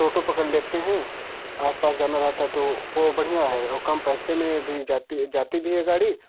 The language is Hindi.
टोटो पकड़ लेते हैं आस पास जाना रहता है तो वो बढ़िया है और कम पैसे में भी जाती है जाती भी है गाड़ी